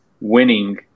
winning